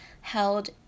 held